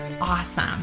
awesome